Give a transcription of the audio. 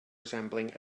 resembling